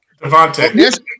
Devontae